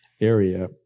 area